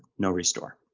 no restore.